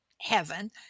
heaven